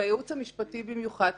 בייעוץ המשפטי במיוחד,